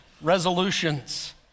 resolutions